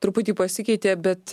truputį pasikeitė bet